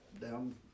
down